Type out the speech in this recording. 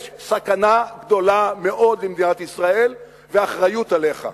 יש סכנה גדולה מאוד למדינת ישראל, והאחריות עליך.